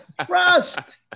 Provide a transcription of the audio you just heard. trust